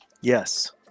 Yes